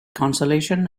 consolation